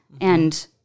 and-